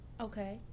okay